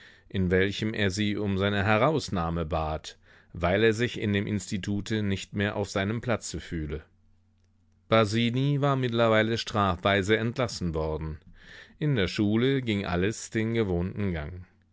in welchem er sie um seine herausnahme bat weil er sich in dem institute nicht mehr auf seinem platze fühle basini war mittlerweile strafweise entlassen worden in der schule ging alles den gewohnten gang